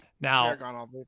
Now